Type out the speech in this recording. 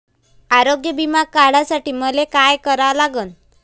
आरोग्य बिमा काढासाठी मले काय करा लागन?